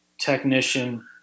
technician